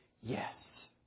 yes